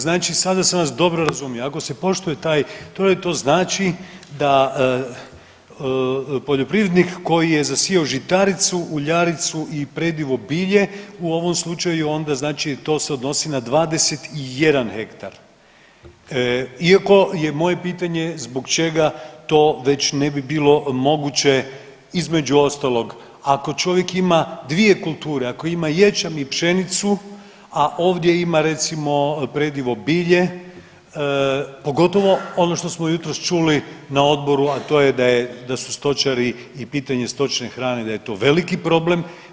Znači sada sam vas dobro razumio, ako se poštuje taj trored to znači da poljoprivrednik koji je zasijao žitaricu, uljaricu i predivo bilje u ovom slučaju znači to se odnosi na 21 hektar, iako je moje pitanje zbog čega to već ne bi bilo moguće između ostalog ako čovjek ima dvije kulture, ako ima ječam i pšenicu, a ovdje ima recimo predivo bilje pogotovo ono što smo jutros čuli na odboru, a to je da su stočari i pitanje stočne hrane da je to veliki problem.